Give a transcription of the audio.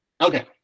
Okay